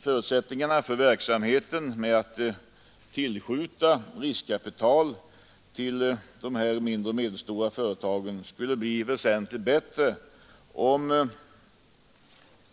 Förutsättningarna för verksamheten med att tillskjuta riskkapital till de mindre och medelstora företagen skulle bli väsentligt bättre, om